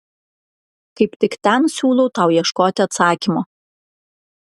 kaip tik ten siūlau tau ieškoti atsakymo